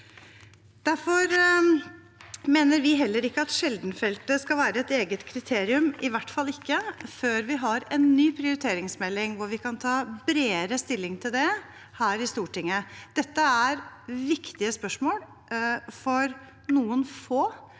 Derfor mener heller ikke vi at sjeldenhet skal være et eget kriterium, i hvert fall ikke før vi har en ny prioriteringsmelding hvor vi kan ta bredere stilling til det her i Stortinget. Dette er viktige spørsmål for noen få